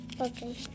Okay